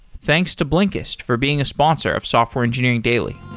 thanks to blinkist for being a sponsor of software engineering daily